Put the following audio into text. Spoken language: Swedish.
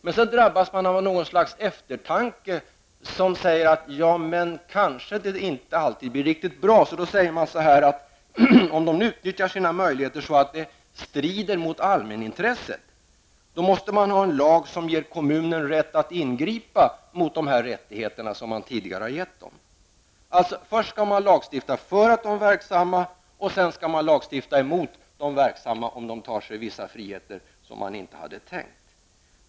Sedan drabbas man av något slags eftertanke som säger: Ja men, kanske det inte alltid blir riktigt bra. Då säger man så här: Om de utnyttjar sina möjligheter så att det strider mot allmänintresset, måste man ha en lag som ger kommunen rätt att ingripa mot de rättigheter man tidigare har gett dem. Först skall man lagstifta för att de verksamma skall ta över, sedan skall man lagstifta mot de verksamma, om de tar sig vissa friheter som man inte hade tänkt sig.